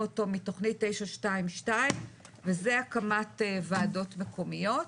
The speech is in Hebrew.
אותו מתכנית 922 וזה הקמת ועדות מקומיות.